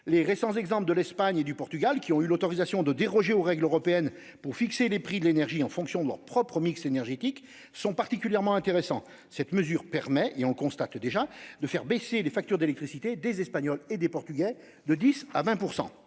les récents exemples de l'Espagne et du Portugal, qui ont eu l'autorisation de déroger aux règles européennes pour fixer les prix de l'énergie en fonction de leur propre mix énergétique, sont particulièrement intéressants. Cela a fait baisser les factures d'électricité des Espagnols et des Portugais de 10 % à 20 %.